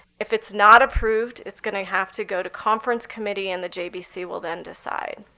if it's not approved, it's going to have to go to conference committee and the jbc will then decide.